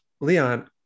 Leon